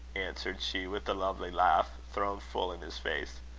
answered she, with a lovely laugh, thrown full in his face.